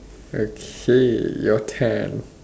okay your turn